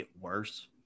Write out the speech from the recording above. worse